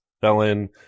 Felon